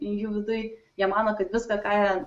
jų viduj jie mano kad viską ką jie